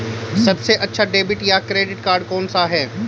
सबसे अच्छा डेबिट या क्रेडिट कार्ड कौन सा है?